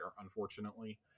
unfortunately